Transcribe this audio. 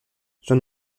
j’en